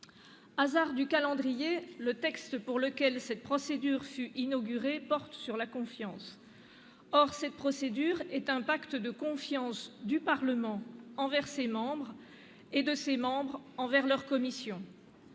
Hasard du calendrier, le texte pour lequel cette procédure fut inaugurée porte sur la confiance. Or cette procédure est un pacte de confiance du Parlement envers ses membres et de ses membres envers leurs commissions.